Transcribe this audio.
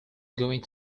going